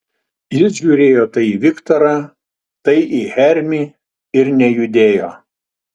jis žiūrėjo tai į viktorą tai į hermį ir nejudėjo